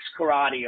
Karate